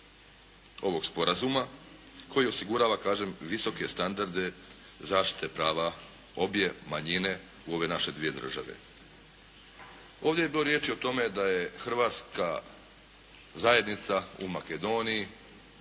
ovog sporazuma koji osigurava kažem visoke standarde zaštite prava obje manjine u ove dvije naše države. Ovdje je bilo riječi o tome da je Hrvatska zajednica u Makedoniji